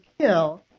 kill